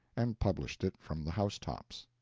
and published it from the housetops.